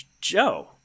Joe